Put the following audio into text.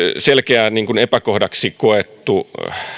selkeä epäkohdaksi koettu